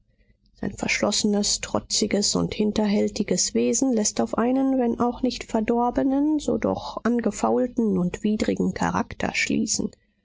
sein verschlossenes trotziges und hinterhältiges wesen läßt auf einen wenn auch nicht verdorbenen so doch angefaulten und widrigen charakter schließen